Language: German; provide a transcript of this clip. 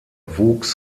wuchs